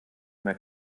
mehr